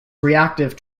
reactive